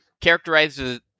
characterizes